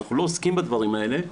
אנחנו לא עוסקים בדברים האלה.